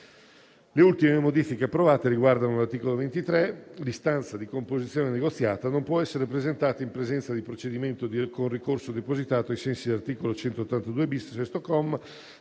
Le ultime modifiche approvate riguardano l'articolo 23. L'istanza di composizione negoziata non può essere presentata in presenza di procedimento con ricorso depositato ai sensi dell'articolo 182-*bis*, sesto comma,